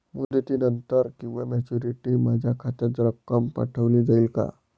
मुदतीनंतर किंवा मॅच्युरिटी माझ्या खात्यात रक्कम पाठवली जाईल का?